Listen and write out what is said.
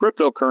cryptocurrency